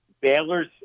Baylor's